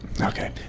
Okay